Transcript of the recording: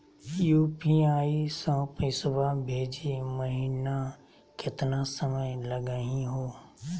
UPI स पैसवा भेजै महिना केतना समय लगही हो?